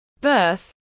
Birth